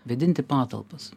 vėdinti patalpas